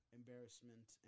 embarrassment